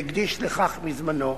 והקדיש לכך מזמנו.